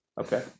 okay